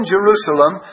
Jerusalem